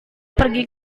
pergi